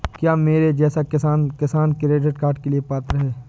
क्या मेरे जैसा किसान किसान क्रेडिट कार्ड के लिए पात्र है?